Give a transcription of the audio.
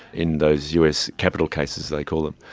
in those us capital cases they call it.